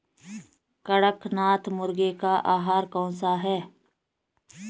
कड़कनाथ मुर्गे का आहार कौन सा है?